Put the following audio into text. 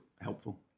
helpful